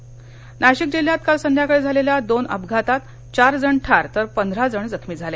अपघातः नाशिक जिल्ह्यात काल संध्याकाळी झालेल्या दोन अपघातात चार जण ठार तर पंधरा जण जखमी झाले